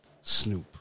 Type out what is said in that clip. Snoop